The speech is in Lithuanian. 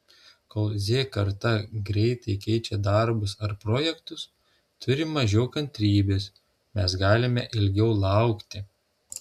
kol z karta greitai keičia darbus ar projektus turi mažiau kantrybės mes galime ilgiau laukti